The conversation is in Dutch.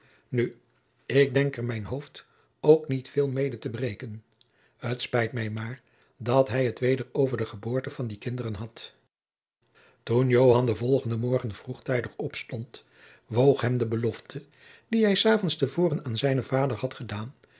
nu ik denk er mijn hoofd ook niet veel mede te breken t spijt mij maar dat hij het weder over de geboorte van die kinderen had toen joan den volgenden morgen vroegtijdig opstond woog hem de belofte die hij s avonds te voren aan zijnen vader had gedaan